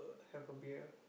have a beer